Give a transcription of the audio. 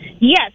Yes